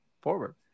forward